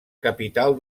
capital